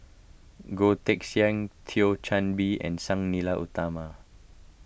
Goh Teck Sian Thio Chan Bee and Sang Nila Utama